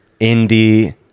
indie